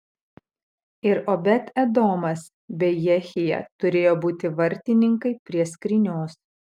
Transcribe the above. ir obed edomas bei jehija turėjo būti vartininkai prie skrynios